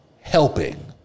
helping